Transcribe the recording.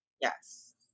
Yes